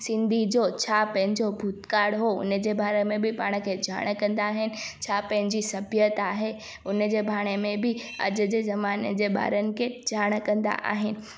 सिंधी जो छा पंहिंजो भूतकाल हुओ उन जे बारे में बि पाण खे ॼाण कंदा आहिनि छा पंहिंजी सभ्यता आहे उन जे भाणे में बि अॼ जे जमाने जे ॿारनि खे ॼाण कंदा आहिनि